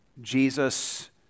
Jesus